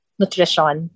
nutrition